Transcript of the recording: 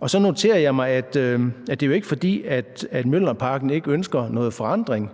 Og så noterer jeg mig, at det jo ikke er, fordi man i Mjølnerparken ikke ønsker nogen forandring.